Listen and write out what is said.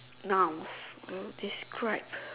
nouns you know describe